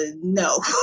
no